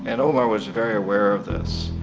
and omar was very aware of this.